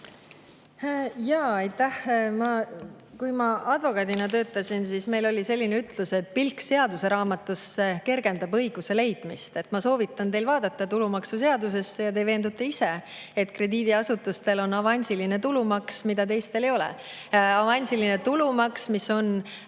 maksma. Aitäh! Kui ma advokaadina töötasin, siis meil oli selline ütlus, et pilk seaduseraamatusse kergendab õiguse leidmist. Ma soovitan teil vaadata tulumaksuseadusesse ja te veendute ise, et krediidiasutustel on avansiline tulumaks, mida teistel ei ole. Avansiline tulumaks tõuseb